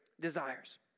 desires